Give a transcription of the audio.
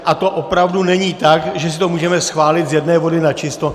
A to opravdu není tak, že si to můžeme schválit z jedné vody načisto.